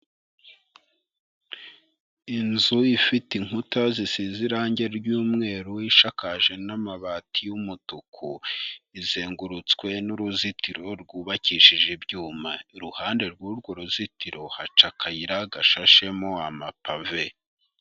Inzu ifite inkuta zisize irange ry'umweru ishakaje n'amabati y'umutuku, izengurutswe n'uruzitiro rwubakishije ibyuma, iruhande rw'urwo ruzitiro haca akayira gashashemo amapave.